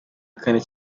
kane